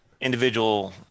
individual